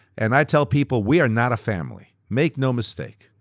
and i tell people we are not a family. make no mistake.